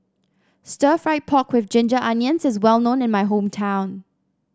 Stir Fried Pork with Ginger Onions is well known in my hometown